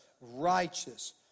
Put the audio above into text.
righteous